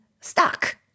stuck